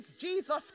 Jesus